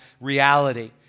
reality